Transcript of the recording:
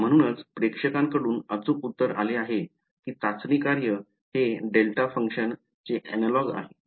म्हणूनच प्रेक्षकांकडून अचूक उत्तर आले आहे की चाचणी कार्य हे डेल्टा फंक्शन चे analogue आहे